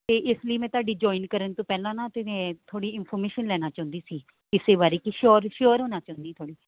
ਅਤੇ ਇਸ ਲਈ ਮੈਂ ਤੁਹਾਡੀ ਜੋਇਨ ਕਰਨ ਤੋਂ ਪਹਿਲਾਂ ਨਾ ਤਾਂ ਮੈਂ ਥੋੜ੍ਹੀ ਇਨਫੋਰਮੇਸ਼ਨ ਲੈਣਾ ਚਾਹੁੰਦੀ ਸੀ ਇਸ ਬਾਰੇ ਕੀ ਸ਼ੋਰ ਸ਼ੋਅਰ ਹੋਣਾ ਚਾਹੁੰਦੀ ਥੋੜ੍ਹੀ